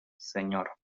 señor